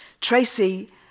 Tracy